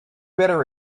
better